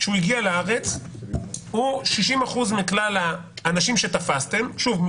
כשהוא הגיע לארץ - 60 אחוזים מכלל האנשים שתפסתם שוב,